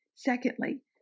Secondly